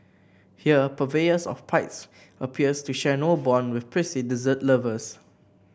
here purveyors of pipes appears to share no bond with prissy dessert lovers